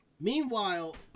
Meanwhile